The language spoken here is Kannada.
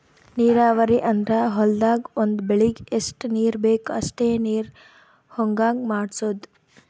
ನೀರಾವರಿ ಅಂದ್ರ ಹೊಲ್ದಾಗ್ ಒಂದ್ ಬೆಳಿಗ್ ಎಷ್ಟ್ ನೀರ್ ಬೇಕ್ ಅಷ್ಟೇ ನೀರ ಹೊಗಾಂಗ್ ಮಾಡ್ಸೋದು